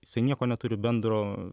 jisai nieko neturi bendro